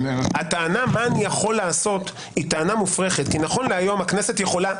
הטענה "אני יכול לעשות" היא מופרכת כי נכון להיום הכנסת יכולה,